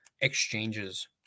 exchanges